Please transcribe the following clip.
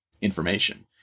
information